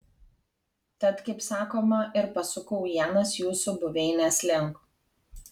tad kaip sakoma ir pasukau ienas jūsų buveinės link